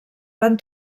van